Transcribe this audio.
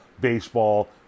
baseball